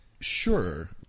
Sure